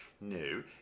No